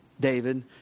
David